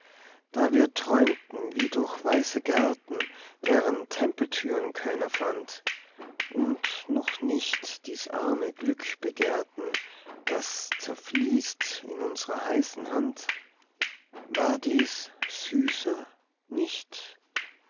da wir träumten wie durch weiße gärten deren tempeltüren keiner fand und noch nicht dies arme glück begehrten das zerfließt in unsrer heißen hand war dies süßer nicht